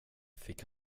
fick